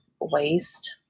waste